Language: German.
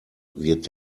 wird